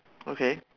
okay